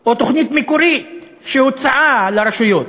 או תוכנית מקורית שהוצעה לרשויות,